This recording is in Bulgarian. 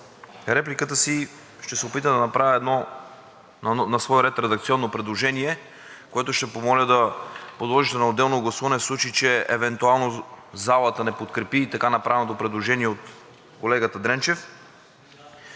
репликата си ще се опитам да направя на свой ред едно редакционно предложение, което ще помоля да подложите на отделно гласуване, в случай че евентуално залата не подкрепи така направеното предложение от колегата Дренчев.